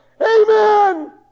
Amen